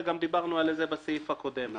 וגם דיברנו על זה בסעיף הקודם.